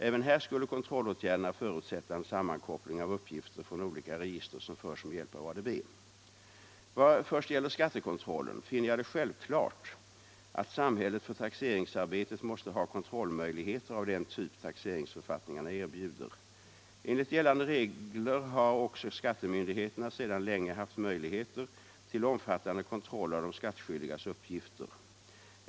Även här skulle kontrollåtgärderna förutsätta en sammankoppling av uppgifter från olika register som förs med hjälp av ADB. Vad först gäller skattekontrollen finner jag det självklart att samhället för taxeringsarbetet måste ha kontrollmöjligheter av den typ taxeringsförfattningarna erbjuder. Enligt gällande regler har också skattemyndigheterna sedan länge haft möjligheter till omfattande kontroll av de skattskyldigas uppgifter.